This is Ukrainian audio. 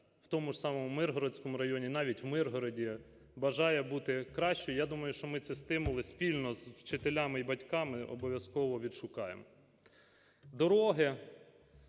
в тому ж самому Миргородському районі, навіть в Миргороді, бажає бути кращою. Я думаю, що ми ці стимули спільно з вчителями і батьками обов'язково відшукаємо. Дороги,